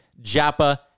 JAPA